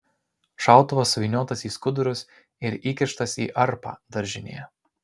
šautuvas suvyniotas į skudurus ir įkištas į arpą daržinėje